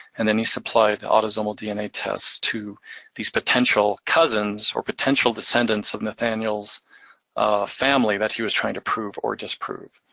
and then he supplied autosomal dna tests to these potential cousins, or potential decedents of nathaniel's family that he was trying to prove or disprove.